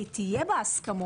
והיא תהיה בהסכמות,